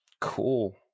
Cool